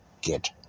get